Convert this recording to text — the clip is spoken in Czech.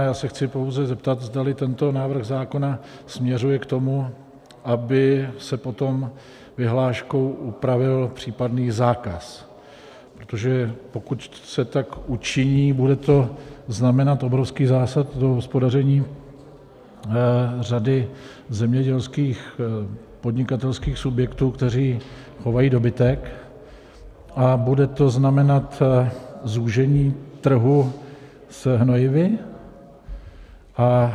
Já se chci pouze zeptat, zdali tento návrh zákona směřuje k tomu, aby se potom vyhláškou upravil případný zákaz, protože pokud se tak učiní, bude to znamenat obrovský zásah do hospodaření řady zemědělských podnikatelských subjektů, které chovají dobytek, a bude to znamenat zúžení trhu s hnojivy.